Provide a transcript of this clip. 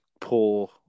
poor